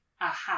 aha